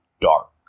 dark